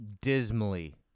dismally